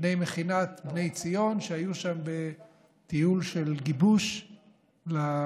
בני מכינת בני ציון שהיו שם בטיול של גיבוש למכינה.